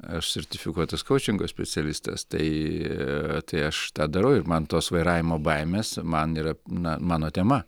aš sertifikuotas kaučingo specialistas tai tai aš tą darau ir man tos vairavimo baimės man yra na mano tema